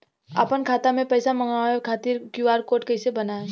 आपन खाता मे पैसा मँगबावे खातिर क्यू.आर कोड कैसे बनाएम?